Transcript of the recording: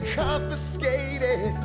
confiscated